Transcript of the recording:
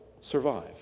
survive